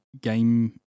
game